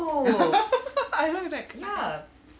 I love that